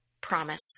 promise